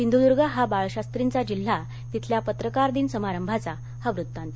सिंधूर्ग हा बाळशास्त्रींचा जिल्हा तिथल्या पत्रकारदिन समारंभाचा हा वृत्तांत